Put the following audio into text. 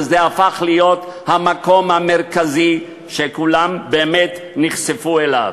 וזה הפך להיות המקום המרכזי שכולם נחשפו אליו?